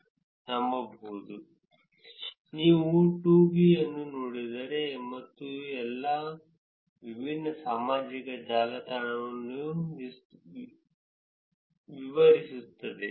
ನೀವು 2 ಅನ್ನು ನೋಡಿದರೆ ಮತ್ತೆ ಅದು ಎಲ್ಲಾ ವಿಭಿನ್ನ ಸಾಮಾಜಿಕ ಜಾಲತಾಣಗಳನ್ನು ವಿವರಿಸುತ್ತದೆ ಚಿತ್ರ 2 ನಿಮಗೆ ಗೂಗಲ್ ಗಾಗಿ ತೋರಿಸುತ್ತಿದೆ ಜೊತೆಗೆ ರೇಖಾಚಿತ್ರ ಕೇವಲ ಒಂದು ಸಣ್ಣ ಭಾಗದಷ್ಟು ಬಳಕೆದಾರರು ಒಂದಕ್ಕಿಂತ ಹೆಚ್ಚಿನ ಗಾತ್ರದ ಗುಣಲಕ್ಷಣಗಳ ಪಟ್ಟಿಯನ್ನು ಹೊಂದಿದ್ದಾರೆ ಎಂದು ತೋರಿಸುತ್ತದೆ